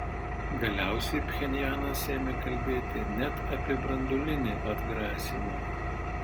galiausiai pchenjanas ėmė kalbėti net apie branduolinį atgrasymą